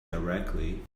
directly